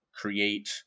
create